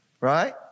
Right